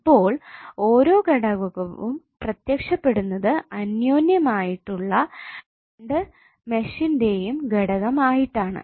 ഇപ്പോൾ ഓരോ ഘടകവും പ്രത്യക്ഷപ്പെടുന്നത് അന്യോന്യമായിട്ട് ഉള്ള രണ്ട് മെഷിന്റെയും ഘടകം ആയിട്ടാണ്